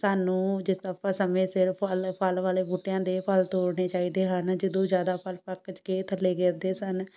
ਸਾਨੂੰ ਜਿਸ ਤਰ੍ਹਾਂ ਆਪਾਂ ਸਮੇਂ ਸਿਰ ਫਲ ਫਲ ਵਾਲੇ ਬੂਟਿਆਂ ਦੇ ਫਲ ਤੋੜਨੇ ਚਾਹੀਦੇ ਹਨ ਜਦੋਂ ਜ਼ਿਆਦਾ ਫਲ ਪੱਕ ਕੇ ਥੱਲੇ ਗਿਰਦੇ ਸਨ